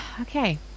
okay